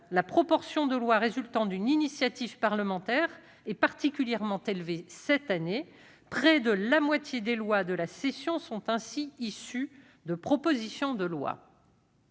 la proportion de lois résultant d'une initiative parlementaire est particulièrement élevée cette année : près de la moitié des lois de la session sont ainsi issues de propositions de loi.